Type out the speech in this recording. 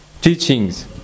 teachings